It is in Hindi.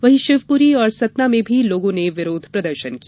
वहीं शिवपुरी और सतना में भी लोगों ने विरोध प्रदर्शन किया